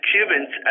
Cubans